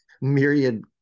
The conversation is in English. myriad